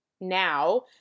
now